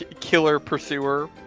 killer-pursuer